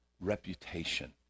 reputation